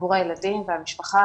עבור הילדים והמשפחה.